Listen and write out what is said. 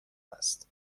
است